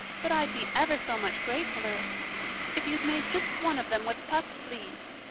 but i'd be ever so much gratefuller if if you'd made just one of them with puffed sleeves.